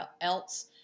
else